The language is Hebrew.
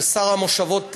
ששר המושבות,